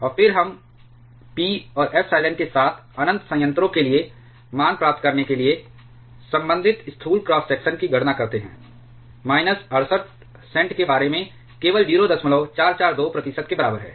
और फिर हम p और इप्सिलॉन के साथ अनंत संयंत्रों के लिए मान प्राप्त करने के लिए संबंधित स्थूल क्रॉस सेक्शन की गणना करते हैं माइनस 68 सेंट के बारे में केवल 0442 प्रतिशत के बराबर है